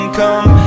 come